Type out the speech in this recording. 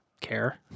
care